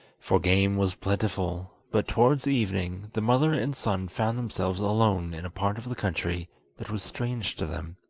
for game was plentiful, but towards evening the mother and son found themselves alone in a part of the country that was strange to them.